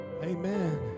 Amen